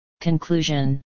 Conclusion